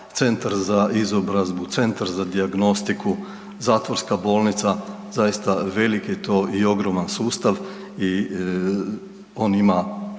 centar za izobrazbu, centar za dijagnostiku, zatvorska bolnica, zaista velik je to i ogroman sustav i on ima